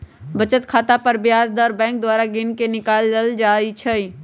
बचत खता पर ब्याज दर बैंक द्वारा गिनके निकालल जाइ छइ